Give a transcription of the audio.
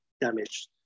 damaged